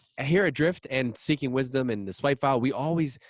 ah here at drift and seeking wisdom, and the swipe file we always,